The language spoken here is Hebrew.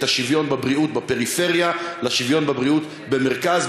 השוויון בבריאות בפריפריה לשוויון בבריאות במרכז.